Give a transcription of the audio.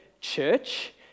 church